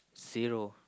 zero